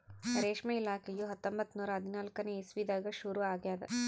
ರೇಷ್ಮೆ ಇಲಾಖೆಯು ಹತ್ತೊಂಬತ್ತು ನೂರಾ ಹದಿನಾಲ್ಕನೇ ಇಸ್ವಿದಾಗ ಶುರು ಆಗ್ಯದ್